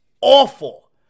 awful